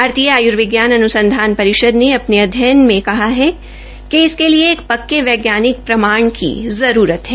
भारतीय आयर्विज्ञान अनुसंधान रिषद ने अ ने अध्ययन में कहा है कि इसके लिए एक क्के वैज्ञानिक प्रमाण की जरूरत है